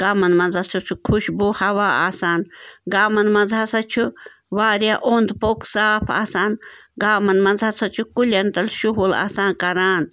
گامَن مَنٛز ہَسا چھُ خُشبوٗ ہوا آسان گامَن مَنٛز ہَسا چھُ واریاہ اوٚنٛد پوٚک صاف آسان گامَن مَنٛز ہَسا چھُ کُلٮ۪ن تَل شُہُل آسان کَران